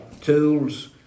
Tools